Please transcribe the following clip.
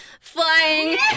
flying